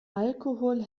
alkohol